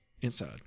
inside